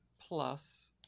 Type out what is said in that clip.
plus